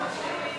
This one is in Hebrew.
14)